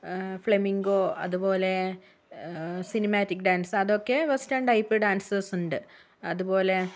flamingo അതുപോലെ cinematic dance അതൊക്കെ western type dancers ഉണ്ട് അതുപോലെ